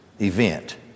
event